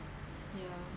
ya